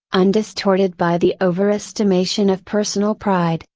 undistorted by the overestimation of personal pride,